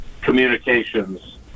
communications